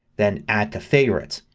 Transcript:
then add to favorites.